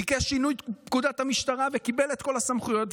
ביקש שינוי פקודת המשטרה וקיבל את כל הסמכויות,